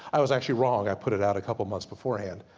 i was actually wrong, i put it out a couple months beforehand.